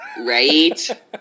Right